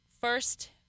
first